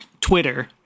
twitter